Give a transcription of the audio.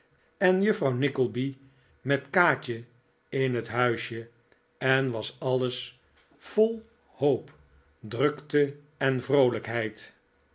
en juffrouw nickleby met kaatje in het huisje en was alles vol hoop drukte en vroolijkheid